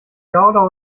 gouda